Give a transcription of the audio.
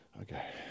Okay